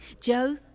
Joe